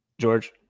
george